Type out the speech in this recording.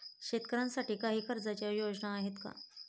शेतकऱ्यांसाठी काही कर्जाच्या योजना आहेत का?